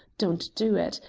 don't do it.